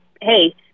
hey